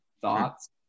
thoughts